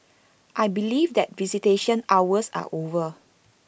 I believe that visitation hours are over